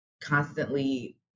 constantly